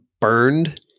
burned